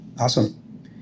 awesome